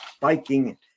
biking